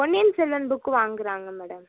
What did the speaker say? பொன்னியின் Selvan book வாங்குறாங்க madam